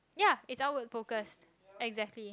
ya it's outward focused exactly